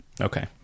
Okay